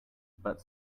but